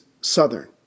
southern